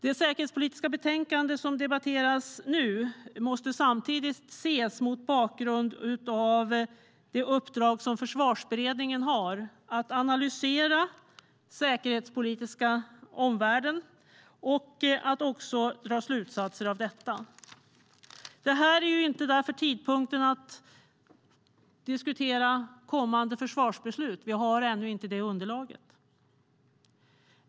Det säkerhetspolitiska betänkande som debatteras nu måste samtidigt ses mot bakgrund av det uppdrag som Försvarsberedningen har att säkerhetspolitiskt analysera omvärlden och att dra slutsatser av detta. Det här är därför inte tidpunkten att diskutera kommande försvarsbeslut. Vi har ännu inte det underlaget.